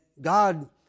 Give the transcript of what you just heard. God